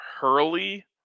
Hurley